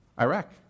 Iraq